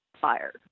fired